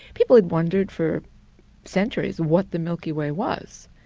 people had wondered for centuries what the milky way was.